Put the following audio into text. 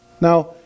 Now